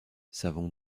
savons